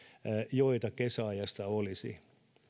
joita kesäajassa olisi